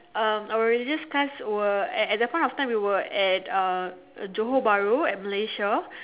um our religious class were at at that point of time we were at uh Johor-Bahru Malaysia